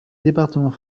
département